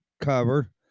cover